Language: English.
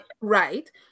Right